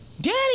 Daddy